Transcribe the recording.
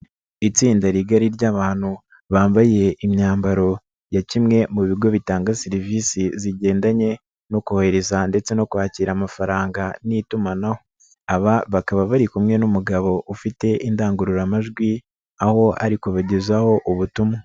Itsinda rigari ry'abantu bambaye imyambaro ya kimwe mu bigo bitanga serivisi zigendanye no kohereza ndetse no kwakira amafaranga n'itumanaho. Aba bakaba bari kumwe n'umugabo ufite indangururamajwi aho ari kubagezaho ubutumwa.